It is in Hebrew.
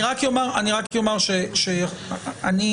אני